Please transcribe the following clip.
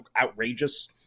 outrageous